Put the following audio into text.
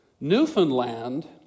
Newfoundland